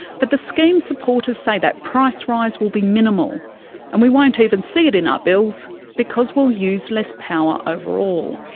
but the scheme's supporters say that price rise will be minimal and we won't even see it in our bills because we'll use less power overall.